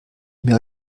mehr